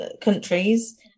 countries